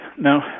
Now